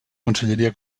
conselleria